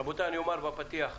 רבותיי, אני אומר בפתיח.